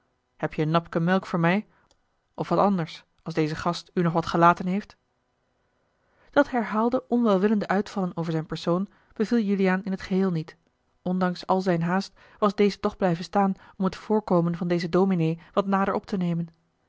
heb je een napken melk voor mij of wat anders als deze gast u nog wat gelaten heeft dat herhaalde onwelwillende uitvallen over zijn persoon beviel juliaan in t geheel niet ondanks als zijne haast was deze toch blijven staan om het voorkomen van dezen dominé wat nader op te nemen